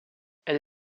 elle